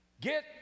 get